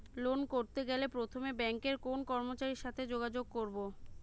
Loan করতে গেলে প্রথমে ব্যাঙ্কের কোন কর্মচারীর সাথে যোগাযোগ করব?